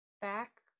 back